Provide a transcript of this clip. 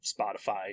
Spotify